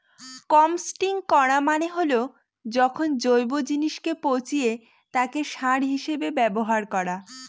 composting করা মানে হল যখন জৈব জিনিসকে পচিয়ে তাকে সার হিসেবে ব্যবহার করা